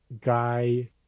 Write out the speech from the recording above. guy